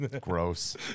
Gross